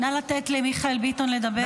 נא לתת למיכאל ביטון לדבר.